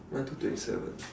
mine two twenty seven